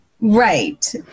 Right